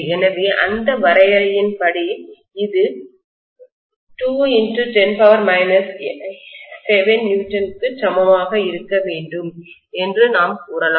எனவே அந்த வரையறையின்படி இது 210 7 N க்கு சமமாக இருக்க வேண்டும் என்று நாம் கூறலாம்